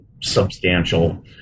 substantial